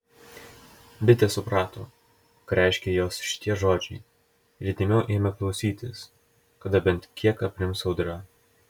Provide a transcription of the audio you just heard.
bitė suprato ką reiškia jos šitie žodžiai ir įdėmiau ėmė klausytis kada bent kiek aprims audra